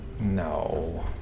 No